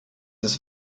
ist